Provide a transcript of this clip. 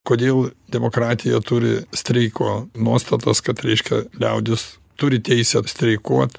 kodėl demokratija turi streiko nuostatas kad reiškia liaudis turi teisę streikuot